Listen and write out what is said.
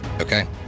Okay